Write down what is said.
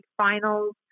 finals